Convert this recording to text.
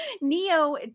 Neo